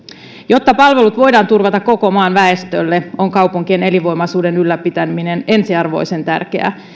jotta palvelut voidaan turvata koko maan väestölle on kaupunkien elinvoimaisuuden ylläpitäminen ensiarvoisen tärkeää